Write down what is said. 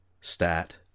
stat